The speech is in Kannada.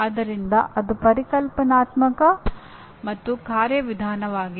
ಆದ್ದರಿಂದ ಅದು ಪರಿಕಲ್ಪನಾತ್ಮಕ ಮತ್ತು ಕಾರ್ಯವಿಧಾನವಾಗಿದೆ